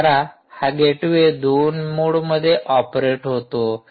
माफ करा हा गेटवे दोन मोडमध्ये ऑपरेट होतो